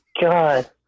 God